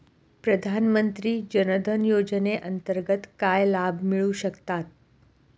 प्रधानमंत्री जनधन योजनेअंतर्गत काय लाभ मिळू शकतात?